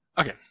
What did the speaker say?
Okay